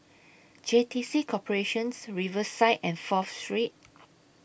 J T C Corporations Riverside and Fourth Street